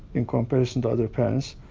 in comparison to other parents,